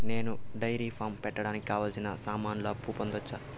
నేను dairy farm పెట్టడానికి కావాల్సిన సామాన్లకు అప్పు పొందొచ్చా?